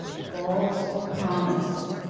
false promise.